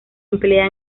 emplea